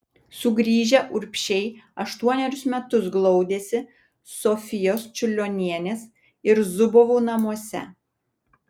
sugrįžę urbšiai aštuonerius metus glaudėsi sofijos čiurlionienės ir zubovų namuose